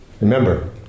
Remember